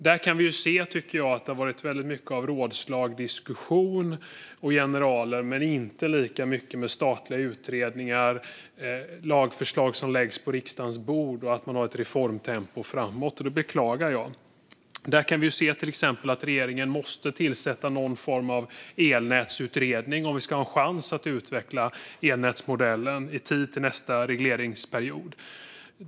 Där kan vi se, tycker jag, att det har varit väldigt mycket av rådslag, diskussion och generaler men inte lika mycket av statliga utredningar och lagförslag som läggs på riksdagens bord och ett reformtempo framåt, och det beklagar jag. Till exempel måste regeringen tillsätta någon form av elnätsutredning om vi ska ha en chans att utveckla elnätsmodellen i tid till nästa regleringsperiod.